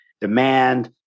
demand